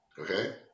Okay